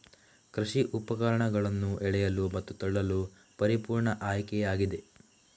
ಕೃಷಿ ಉಪಕರಣಗಳನ್ನು ಎಳೆಯಲು ಮತ್ತು ತಳ್ಳಲು ಪರಿಪೂರ್ಣ ಆಯ್ಕೆಯಾಗಿದೆ